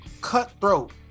cutthroat